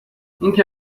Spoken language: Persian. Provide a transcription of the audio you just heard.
اینکه